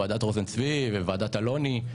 ועדת רוזן-צבי, ועדת אלוני,